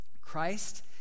Christ